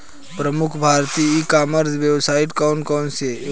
प्रमुख भारतीय e commerce website कौन कौन सी हैं?